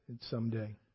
someday